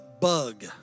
bug